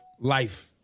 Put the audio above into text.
life